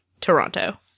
Toronto